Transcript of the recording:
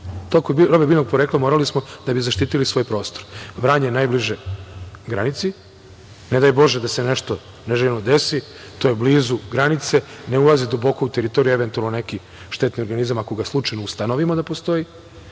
To je kod robe biljnog porekla, morali smo, da bi zaštitili svoj prostor. Vranje je najbliže granici, ne daj bože da se nešto neželjeno desi, to je blizu granice, ne ulazi duboko u teritoriju eventualni neki štetni organizam ako ga slučajno ustanovimo da postoji